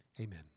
Amen